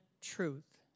truth